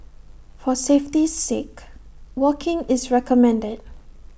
for safety's sake walking is recommended